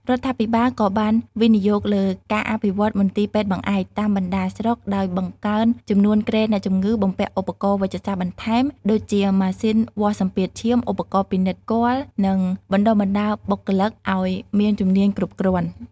រដ្ឋាភិបាលក៏បានវិនិយោគលើ ការអភិវឌ្ឍមន្ទីរពេទ្យបង្អែក តាមបណ្តាស្រុក ដោយបង្កើនចំនួនគ្រែអ្នកជំងឺ បំពាក់ឧបករណ៍វេជ្ជសាស្ត្របន្ថែម ដូចជាម៉ាស៊ីនវាស់សម្ពាធឈាម ឧបករណ៍ពិនិត្យគភ៌ និងបណ្តុះបណ្តាលបុគ្គលិកឱ្យមានជំនាញគ្រប់គ្រាន់។